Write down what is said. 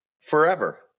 forever